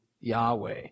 Yahweh